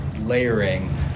layering